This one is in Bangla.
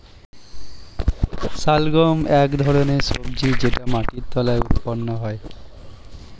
শালগম এক ধরনের সবজি যেটা মাটির তলায় উৎপন্ন হয়